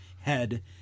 head